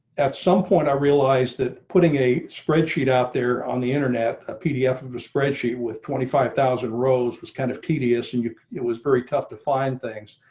at some point i realized that putting a spreadsheet out there on the internet a pdf of a spreadsheet with twenty five thousand rows was kind of tedious and it was very tough to find things.